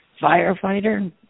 firefighter